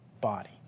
body